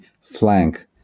flank